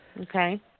Okay